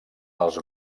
els